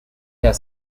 hair